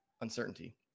uncertainty